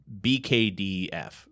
BKDF